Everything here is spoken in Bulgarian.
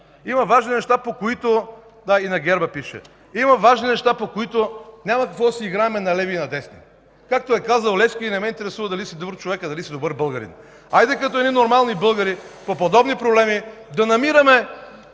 КРАСИМИР КАРАКАЧАНОВ: Да, и на герба го пише. Има важни неща, по които няма защо да си играем на леви и на десни. Както е казал Левски – „Не ме интересува дали си добър човек, а дали си добър българин!” Хайде като едни нормални българи по подобни проблеми да намираме